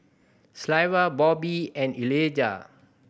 Sylva Bobbi and Elijah